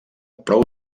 prou